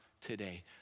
today